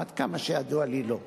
עד כמה שידוע לי, לא.